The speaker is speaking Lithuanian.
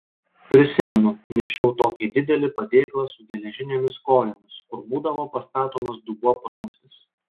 prisimenu nešiau tokį didelį padėklą su geležinėmis kojomis kur būdavo pastatomas dubuo praustis